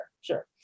sure